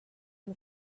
who